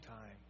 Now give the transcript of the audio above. time